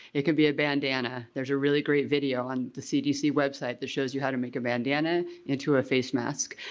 it can be a bandana, there's a really great video on the cdc website that shows you how to make a bandana into a face mask.